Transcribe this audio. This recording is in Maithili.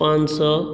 पाँच सए